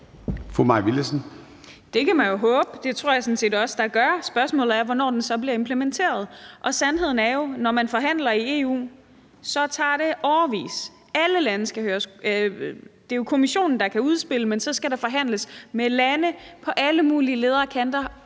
Det kan man jo håbe. Det tror jeg sådan set også der gør. Spørgsmålet er, hvornår det så bliver implementeret. Og sandheden er jo, at når man forhandler i EU, tager det årevis, for alle lande skal høres. Det er jo Kommissionen, der kan spille ud, men så skal der forhandles med lande på alle mulige ledder og kanter